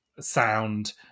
sound